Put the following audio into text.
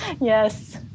Yes